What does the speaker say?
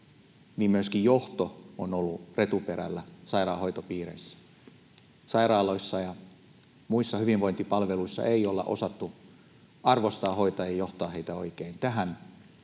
niin myöskin johto on ollut retuperällä sairaanhoitopiireissä. Sairaaloissa ja muissa hyvinvointipalveluissa ei ole osattu arvostaa hoitajia, johtaa heitä oikein. Tähän